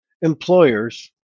employers